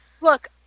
Look